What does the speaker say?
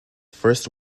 first